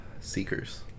Seekers